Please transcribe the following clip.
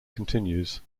continues